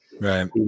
Right